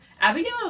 Abigail